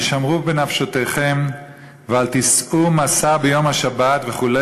השמרו בנפשותיכם ואל תִשאו משא ביום השבת" וכו',